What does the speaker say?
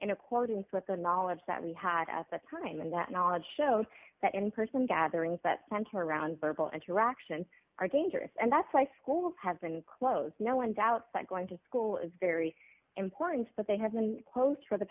in accordance with the knowledge that we had at the time and that knowledge shows that in person gatherings that center around verbal interaction are dangerous and that's why schools have been closed no one doubts that going to school is very important but they have been posts for the